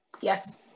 yes